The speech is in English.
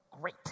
great